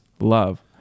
love